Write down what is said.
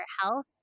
health